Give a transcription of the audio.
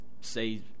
say